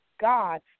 God